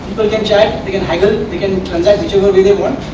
but can chat, they can haggle, they can transact whichever way they want